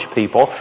people